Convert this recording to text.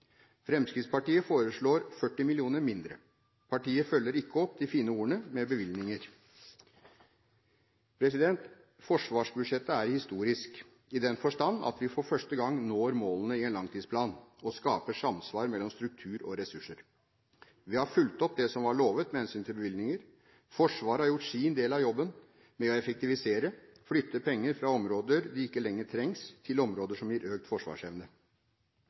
Fremskrittspartiet foreslår 40 mill. kr mindre. Partiet følger ikke opp de fine ordene med bevilgninger. Forsvarsbudsjettet er historisk i den forstand at vi for første gang når målene i en langtidsplan og skaper samsvar mellom struktur og ressurser. Vi har fulgt opp det som var lovet med hensyn til bevilgninger. Forsvaret har gjort sin del av jobben med å effektivisere; flytte penger fra områder der de ikke lenger trengs til områder som gir økt forsvarsevne.